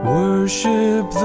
worship